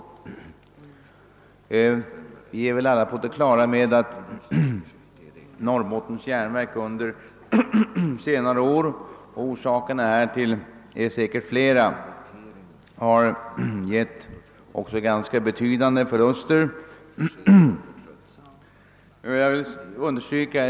Vi är väl alla på det klara med att Norrbottens järnverk under de senaste åren gått med betydande förluster, och orsakerna härtill är säkert flera.